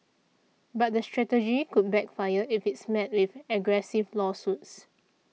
but the strategy could backfire if it's met with aggressive lawsuits